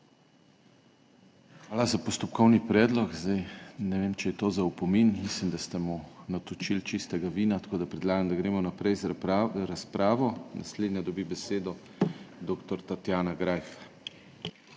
Hvala za postopkovni predlog. Ne vem, če je to za opomin. Mislim, da ste mu natočili čistega vina, tako da predlagam, da gremo naprej z razpravo. Naslednja dobi besedo dr. Tatjana Greif.